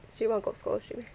J one got scholarship meh